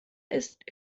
ist